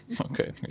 Okay